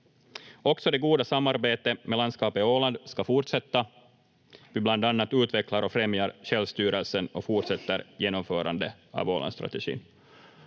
Också det goda samarbetet med landskapet Åland ska fortsätta. Vi bland annat utvecklar och främjar självstyrelsen och fortsätter genomförandet av Ålandsstrategin.